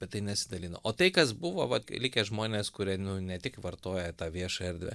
apie tai nesidalino o tai kas buvo vat likę žmonės kurie nu ne tik vartoja tą viešą erdvę